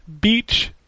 Beach